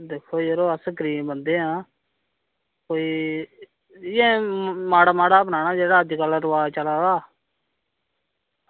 दिक्खो यरो अस गरीब बंदे आं कोई इयै माड़ा माड़ा बनाना जेह्ड़ा अज्जकल रवाज़ चला दा